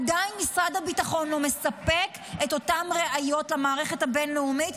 עדיין משרד הביטחון לא מספק את אותן ראיות למערכת הבין-לאומית,